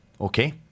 Okay